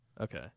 Okay